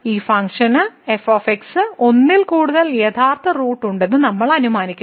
ഈ function f ഒന്നിൽ കൂടുതൽ യഥാർത്ഥ റൂട്ട് ഉണ്ടെന്ന് നമ്മൾ അനുമാനിക്കുന്നു